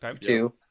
two